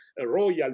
royal